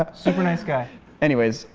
super nice guy anyways,